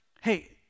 Hey